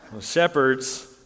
Shepherds